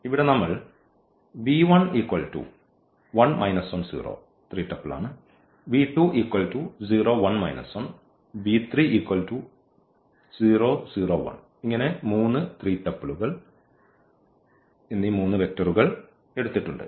ഇവിടെ നമ്മൾ എന്നീ മൂന്ന് വെക്ടറുകൾ എടുത്തിട്ടുണ്ട്